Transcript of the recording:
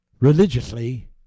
religiously